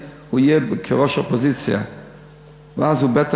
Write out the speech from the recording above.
אבל אם הוא יעלה כאן בעוד שנה וחצי הוא יעלה כראש אופוזיציה,